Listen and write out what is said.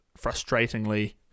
frustratingly